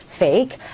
fake